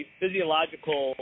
physiological